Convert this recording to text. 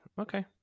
Okay